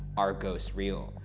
are ghosts real?